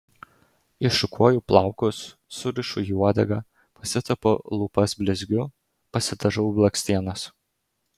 iššukuoju plaukus surišu į uodegą pasitepu lūpas blizgiu pasidažau blakstienas